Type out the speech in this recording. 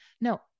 no